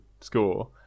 score